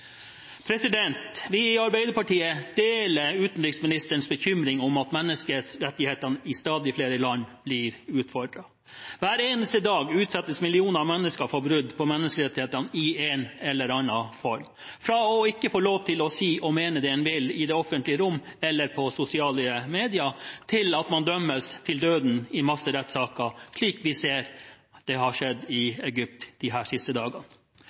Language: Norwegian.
Vi i Arbeiderpartiet deler utenriksministerens bekymring over at menneskerettighetene blir utfordret i stadig flere land. Hver eneste dag utsettes millioner av mennesker for brudd på menneskerettighetene i en eller annen form – fra ikke å få lov til å si og mene det en vil i det offentlige rom eller på sosiale medier, til at man dømmes til døden i masserettssaker, slik vi har sett har skjedd i Egypt de siste dagene.